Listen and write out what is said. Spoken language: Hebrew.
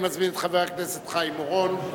אני מזמין את חבר הכנסת חיים אורון.